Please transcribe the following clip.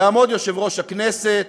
יעמוד יושב-ראש הכנסת,